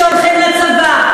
שהולכים לצבא,